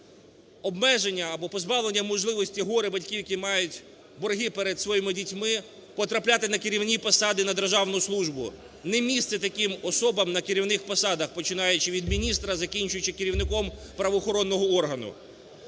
обмеження або позбавлення можливості горе-батьків, які мають борги перед своїми дітьми, потрапляти на керівні посади і на державну службу. Не місце таким особам на керівних посадах, починаючи від міністра і закінчуючи керівником правоохоронного органу.